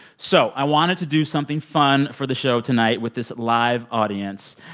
so i wanted to do something fun for the show tonight with this live audience.